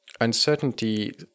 uncertainty